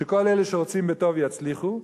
שכל אלה שרוצים בטוב יצליחו,